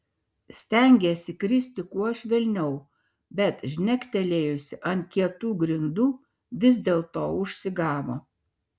stengėsi kristi kuo švelniau bet žnektelėjusi ant kietų grindų vis dėlto užsigavo